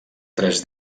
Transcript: tres